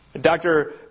Dr